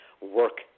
work